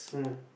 hmm